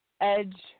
Edge